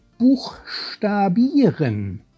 Buchstabieren